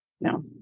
No